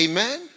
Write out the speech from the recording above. Amen